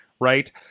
Right